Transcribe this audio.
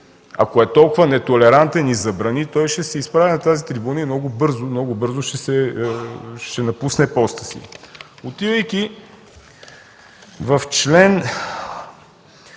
ако е толкова нетолерантен и забрани, той ще се изправи на тази трибуна и много бързо ще напусне поста си. Отивайки в: „Чл.